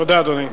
תודה, אדוני.